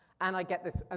and i get this, and